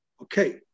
Okay